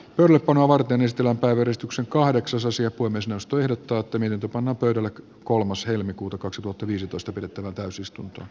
nurmikko novartin estellä oleva ristuksen kahdeksasosia voi myös nosto erottautuminen tupon nopeudella kolmas helmikuuta kaksituhattaviisitoista pidettävään täysistuntoon